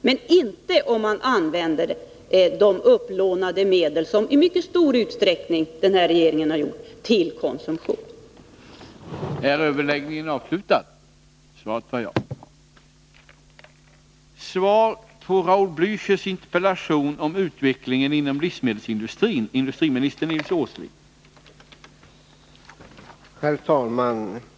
Men vi kan inte gå med på att öka budgetunderskottet om man använder de upplånade medlen till konsumtion, vilket regeringen i mycket stor utsträckning har gjort.